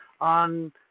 on